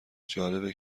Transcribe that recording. جالبه